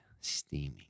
steaming